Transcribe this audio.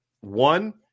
One